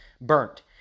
burnt